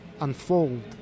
unfold